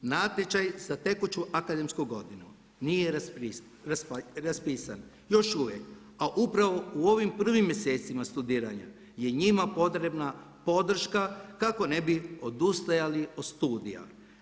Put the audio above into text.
Natječaj za tekuću akademsku godinu nije raspisan još uvijek, a upravo u ovim prvim mjesecima studiranja je njima potrebna podrška kako ne bi odustajali od studija.